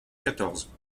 quatorze